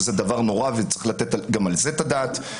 זה דבר נורא וצריך לתת גם על זה את הדעת.